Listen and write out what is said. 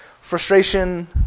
Frustration